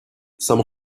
some